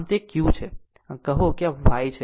આમ આ તે q છે અને કહો કે આ y છે